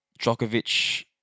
Djokovic